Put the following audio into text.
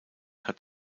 hat